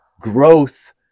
growth